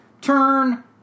turn